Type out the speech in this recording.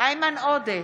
איימן עודה,